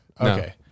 Okay